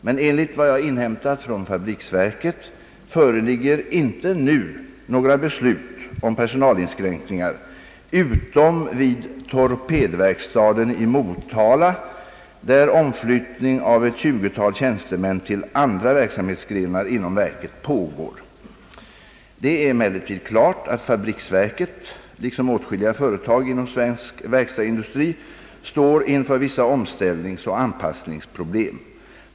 Men enligt vad jag inhämtat från fabriksverket föreligger inte nu några beslut om personalinskränkningar utom vid torpedverkstaden i Motala, där omflyttning av ett 20 tal tjänstemän till andra verksamhetsgrenar inom verket pågår. Det är emellertid klart att fabriksverket, liksom åtskilliga företag inom svensk verkstadsindustri, står inför vissa omställningsoch anpassningsproblem.